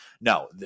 No